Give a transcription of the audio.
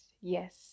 Yes